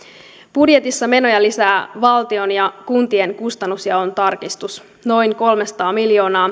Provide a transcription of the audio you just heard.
budjetissa menoja lisää valtion ja kuntien kustannusjaon tarkistus noin kolmesataa miljoonaa